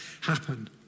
happen